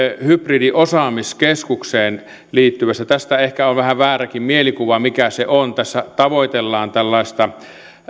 hybridiosaamiskeskukseen liittyvästä tästä ehkä on vähän vääräkin mielikuva mikä se on tässä tavoitellaan tällaista